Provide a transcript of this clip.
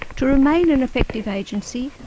to remain an effective agency,